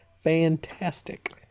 fantastic